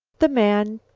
the man,